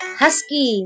husky